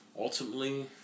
ultimately